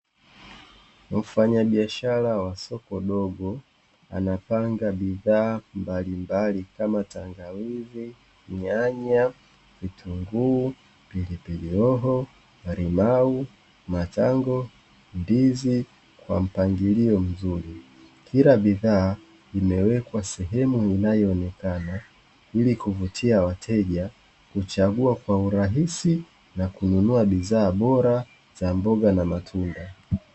Mfanyabiashara wa soko dogo, anapanga bidhaa mbalimbali, kama: tangawizi, nyanya, vitunguu, pilipili hoho, limau, matango, ndizi, kwa mpangilio mzuri. Kila bidhaa imewekwa sehemu inayoonekana ili kuvutia wateja, kuchagua kwa urahisi na kununua bidhaa bora za mboga na matunda.